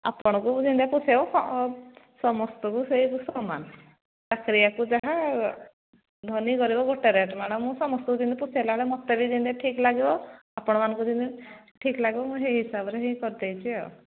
ଆପଣଙ୍କୁ ଯେମତି ପୋଷେଇବ ସମସ୍ତଙ୍କୁ ସେଇ ସମାନ ଚାକିରିଆକୁ ଯାହା ଧନୀ ଗରିବ ଗୋଟେ ରେଟ୍ ମ୍ୟାଡମ୍ ମୁଁ ସମସ୍ତଙ୍କୁ ଯେମତି ପୋଷେଇଲା ଭଳିଆ ମୋତେ ବି ଯେମତି ଠିକ୍ ଲାଗିବ ଆପଣମାନଙ୍କୁ ଯେମତି ଠିକ୍ ଲାଗିବ ମୁଁ ସେଇ ହିସାବରେ ହିଁ କରିଦେଇଛି ଆଉ